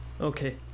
Okay